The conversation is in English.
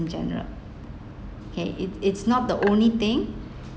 in general okay it it's not the only thing